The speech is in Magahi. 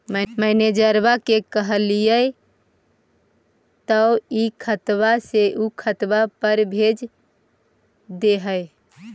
मैनेजरवा के कहलिऐ तौ ई खतवा से ऊ खातवा पर भेज देहै?